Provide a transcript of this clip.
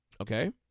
Okay